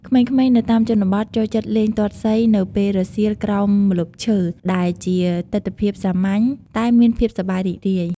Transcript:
ក្មេងៗនៅតាមជនបទចូលចិត្តលេងទាត់សីនៅពេលរសៀលក្រោមម្លប់ឈើ ដែលជាទិដ្ឋភាពសាមញ្ញតែមានភាពសប្បាយរីករាយ។